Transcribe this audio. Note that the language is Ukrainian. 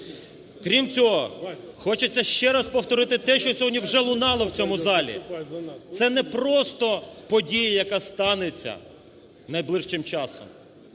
Крім цього, хочеться ще раз повторити те, що сьогодні вже лунало в цьому залі. Це не просто подія, яка станеться найближчим часом,